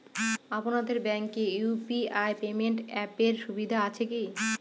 আপনাদের ব্যাঙ্কে UPI payment অ্যাপের সুবিধা আছে কি?